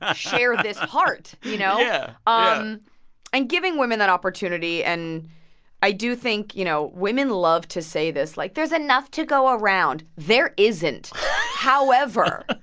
ah share this heart, you know? yeah. ah um yeah and giving women that opportunity and i do think, you know, women love to say this like, there's enough to go around. there isn't however,